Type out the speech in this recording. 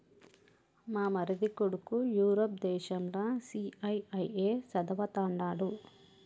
మా మరిది కొడుకు యూరప్ దేశంల సీఐఐఏ చదవతండాడు